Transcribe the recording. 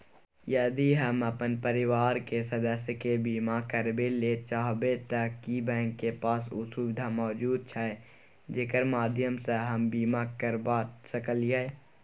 यदि हम अपन परिवार के सदस्य के बीमा करबे ले चाहबे त की बैंक के पास उ सुविधा मौजूद छै जेकर माध्यम सं हम बीमा करबा सकलियै?